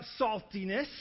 saltiness